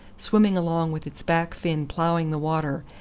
swimming along with its back fin ploughing the water,